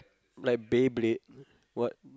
like Beyblade what